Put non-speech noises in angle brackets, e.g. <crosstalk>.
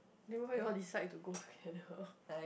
then why you all decide to go together <laughs>